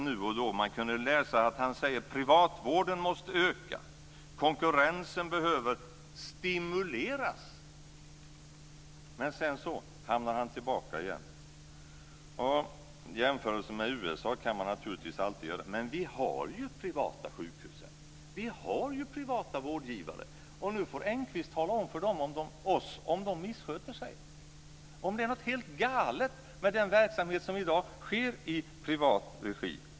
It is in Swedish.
Man har kunnat läsa om att han sagt att privatvården måste öka och att konkurrensen behöver stimuleras, men sedan ramlar han tillbaka igen. Jämförelser med USA kan man naturligtvis alltid göra. Men vi har ju privata sjukhus och vi har privata vårdgivare. Nu får Lars Engqvist tala om för oss om de missköter sig, och om det är något helt galet med den verksamhet som i dag sker i privat regi.